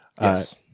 Yes